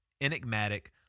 enigmatic